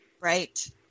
Right